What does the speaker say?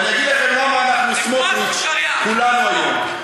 ואני אגיד לכם למה אנחנו סמוטריץ, כולנו היום.